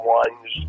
ones